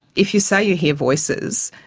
if you say you hear voices,